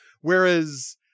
Whereas